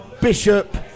Bishop